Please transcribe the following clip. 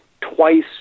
twice